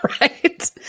Right